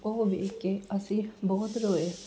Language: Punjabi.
ਉਹ ਵੇਖ ਕੇ ਅਸੀਂ ਬਹੁਤ ਰੋਏ